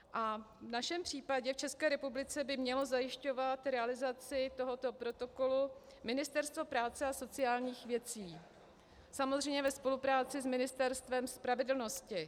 V našem případě v České republice by mělo zajišťovat realizaci tohoto protokolu Ministerstvo práce a sociálních věcí, samozřejmě ve spolupráci s Ministerstvem spravedlnosti.